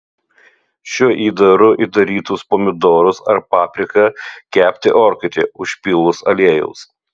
šiuo įdaru įdarytus pomidorus ar papriką kepti orkaitėje užpylus aliejaus